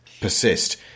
persist